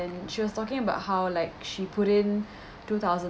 and she was talking about how like she put in two thousand